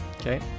Okay